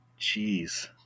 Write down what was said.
Jeez